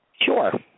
Sure